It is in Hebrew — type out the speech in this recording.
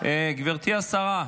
גברתי השרה,